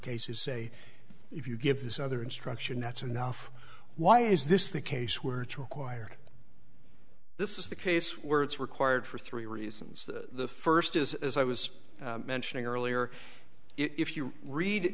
cases say if you give this other instruction that's enough why is this the case were to acquire it this is the case where it's required for three reasons the first is as i was mentioning earlier if you read